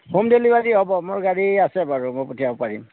home delivery হ'ব মোৰ গাড়ী আছে বাৰু মই পঠিয়াব পাৰিম